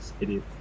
idiot